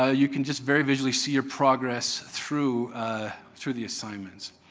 ah you can just very visually see your progress through ah through the assignments.